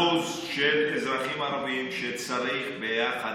יש 20% של אזרחים ערבים, שצריך ביחד,